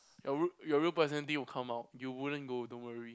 your rule your real personality will come out you wouldn't go don't worry